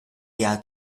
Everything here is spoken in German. jahr